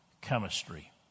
chemistry